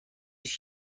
است